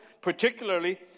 particularly